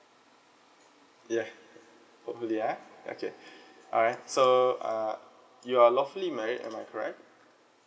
yeah hopefully ah okay alright so uh you are lawfully married am I correct